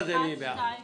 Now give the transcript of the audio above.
הצעה